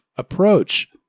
approach